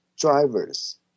drivers